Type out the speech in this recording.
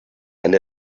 and